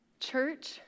church